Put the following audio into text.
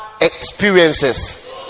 experiences